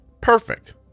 Perfect